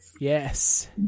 Yes